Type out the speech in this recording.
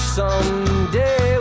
someday